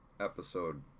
episode